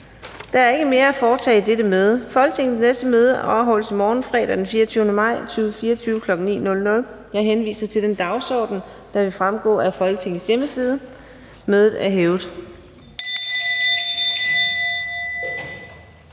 Der er ikke mere at foretage i dette møde. Folketingets næste møde afholdes i morgen, fredag den 24. maj 2024, kl. 9.00. Jeg henviser til den dagsorden, der vil fremgå af Folketingets hjemmeside. Mødet er hævet.